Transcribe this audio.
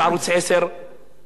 אנחנו גם תומכים בחדשות האזוריות.